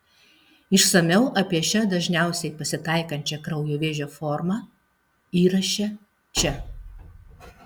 išsamiau apie šią dažniausiai pasitaikančią kraujo vėžio formą įraše čia